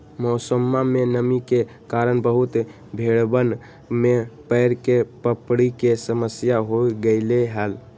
मौसमा में नमी के कारण बहुत भेड़वन में पैर के पपड़ी के समस्या हो गईले हल